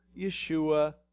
Yeshua